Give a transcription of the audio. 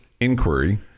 inquiry